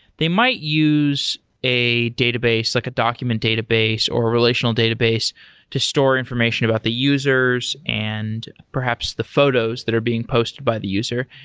they might use a database, like a document database or relational database to store information about the users and perhaps the photos that are being posted by the user,